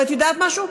ואת יודעת משהו?